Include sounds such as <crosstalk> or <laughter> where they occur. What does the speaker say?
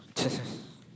just <breath>